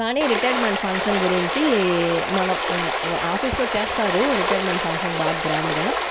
కానీ retirement function గురించి మనం ఆ ఆఫీస్లో చేస్తారు రిటర్మెంట్ ఫంక్షన్ బాగా గ్రాండ్గా